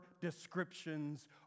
descriptions